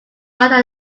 rather